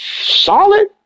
solid